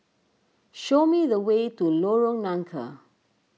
show me the way to Lorong Nangka